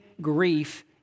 grief